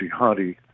jihadi